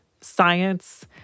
science